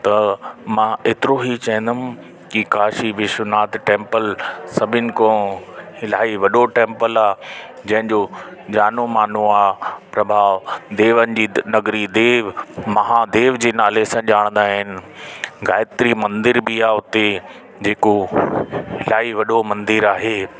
त मां एतिरो ई चवंदमि की काशी विश्वनाथ टैम्पल सभिनि खां इलाही वॾो टैम्पल आहे जंहिंजो जानो मानो आहे प्रभाव देवनि जी देव नगरी देव महादेव जे नाले सां ॼाणदा आहिनि गायत्री मंदिर बि आहे हुते जेको इलाही वॾो मंदिर आहे